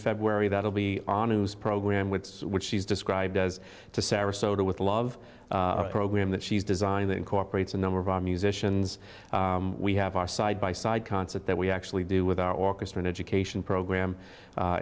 february that will be on a news program with which she's described as to sarasota with love a program that she's designed that incorporates a number of musicians we have are side by side concert that we actually do with our orchestra education program